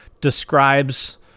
describes